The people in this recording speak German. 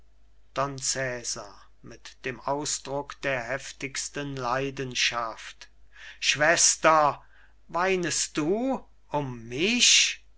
don cesar mit dem ausdruck der heftigsten leidenschaft schwester weinest du um mich